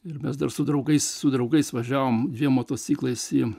ir mes dar su draugais su draugais važiavom dviem motociklais jiem